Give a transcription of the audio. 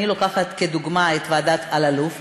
אני לוקחת כדוגמה את ועדת אלאלוף,